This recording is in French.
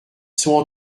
sont